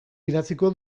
idatziko